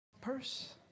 purse